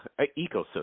ecosystem